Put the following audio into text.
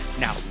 Now